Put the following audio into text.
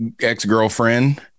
ex-girlfriend